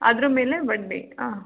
ಅದರ ಮೇಲೆ ಬಡ್ಡಿ ಹಾಂ